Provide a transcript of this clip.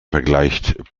vergleicht